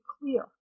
clear